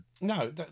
No